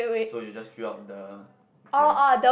so you just fill up the blank